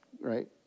right